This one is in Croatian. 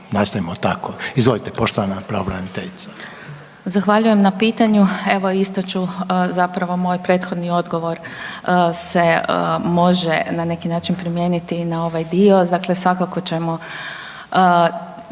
nastavimo tako. Izvolite poštovana pravobraniteljica. **Pirnat Dragičević, Helenca** Zahvaljujem na pitanju. Evo isti se moj prethodni odgovor se može na neki način primijeniti i na ovaj dio. Dakle svakako ćemo